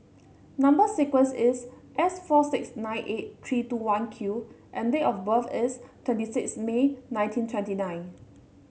number sequence is S four six nine eight three two one Q and date of birth is twenty six May nineteen twenty nine